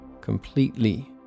completely